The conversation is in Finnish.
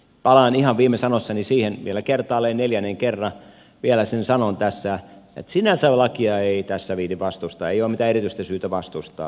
palaan ihan viime sanoissani siihen vielä kertaalleen neljännen kerran vielä sen sanon tässä että sinänsä lakia ei tässä viitsi vastustaa ei ole mitään erityistä syytä vastustaa